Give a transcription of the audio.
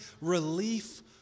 relief